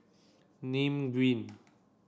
Nim Green